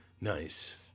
Nice